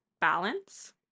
balance